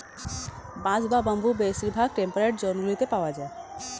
বাঁশ বা বাম্বু বেশিরভাগ টেম্পারেট জোনগুলিতে পাওয়া যায়